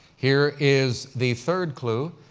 here is the third clue.